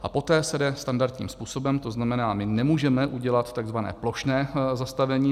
A poté se jde standardním způsobem, tzn. my nemůžeme udělat tzv. plošné zastavení.